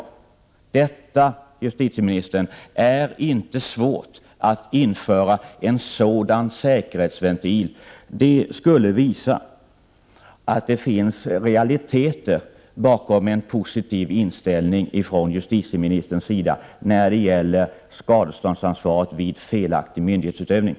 Det är inte svårt, justitieministern, att införa en sådan säkerhetsventil. Det skulle visa att det finns realiteter bakom en positiv inställning från justitieministerns sida när det gäller skadeståndsansvaret vid felaktig myndighetsutövning.